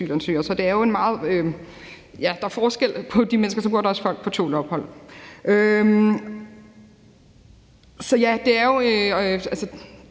ja, der er forskel på de mennesker. Og så bor der også folk på tålt ophold.